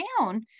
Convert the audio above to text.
down